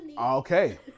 Okay